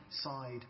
side